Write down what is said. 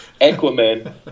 Aquaman